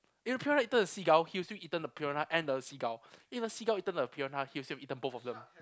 if the piranha eaten the seagull he will still eaten the piranha and the seagull if the seagull eaten the piranha he will still eaten both of them